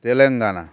Telangana